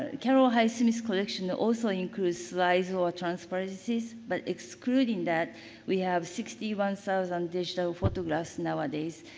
carol highsmith's collection also includes slides of ah transparencies. but excluding that we have sixty one thousand digital photographs nowadays.